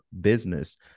business